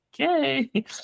okay